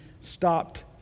stopped